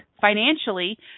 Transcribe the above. financially